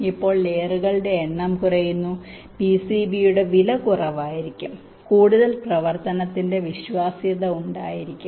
ഇപ്പോൾ ലെയറുകളുടെ എണ്ണം കുറയുന്നു പിസിബിയുടെ വില കുറവായിരിക്കും കൂടുതൽ പ്രവർത്തനത്തിന്റെ വിശ്വാസ്യത ഉണ്ടായിരിക്കും